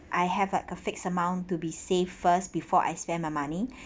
I have like a fixed amount to be save first before I spend my money